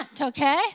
Okay